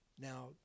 now